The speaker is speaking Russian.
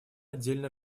отдельно